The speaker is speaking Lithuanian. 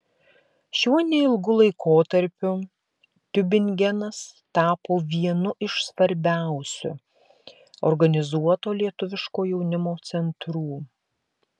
šiuo neilgu laikotarpiu tiubingenas tapo vienu iš svarbiausių organizuoto lietuviško jaunimo centrų